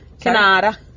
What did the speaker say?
Canada